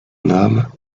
nomme